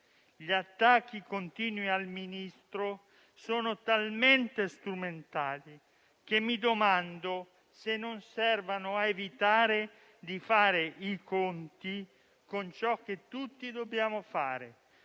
Gli attacchi continui al Ministro sono talmente strumentali che mi domando se non servano a evitare di fare i conti con ciò che tutti dobbiamo fare: